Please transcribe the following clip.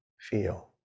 feel